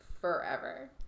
forever